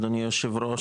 אדוני היושב-ראש,